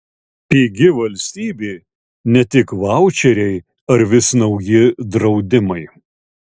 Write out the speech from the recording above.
pigi valstybė ne tik vaučeriai ar vis nauji draudimai